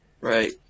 Right